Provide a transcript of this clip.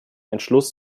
entschluss